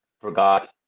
forgot